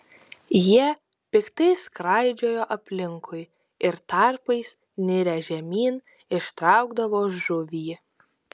jie piktai skraidžiojo aplinkui ir tarpais nirę žemyn ištraukdavo žuvį